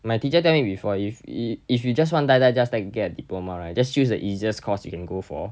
my teacher tell me before if yi~ if you just want die die just like get a diploma right just choose the easiest course you can go for